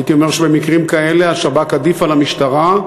הייתי אומר שבמקרים כאלה השב"כ עדיף על המשטרה,